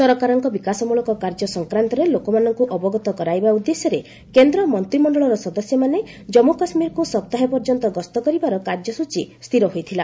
ସରକାରଙ୍କ ବିକାଶମୂଳକ କାର୍ଯ୍ୟ ସଂକ୍ରାନ୍ତରେ ଲୋକମାନଙ୍କୁ ଅବଗତ କରାଇବା ଉଦ୍ଦେଶ୍ୟରେ କେନ୍ଦ୍ର ମନ୍ତ୍ରିମଣ୍ଡଳର ସଦସ୍ୟମାନେ କାଞ୍ଗୁକାଶ୍ମୀରକୁ ସପ୍ତାହେ ପର୍ଯ୍ୟନ୍ତ ଗସ୍ତ କରିବାର କାର୍ଯ୍ୟସୂଚୀ ସ୍ଥିର ହୋଇଥିଲା